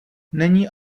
není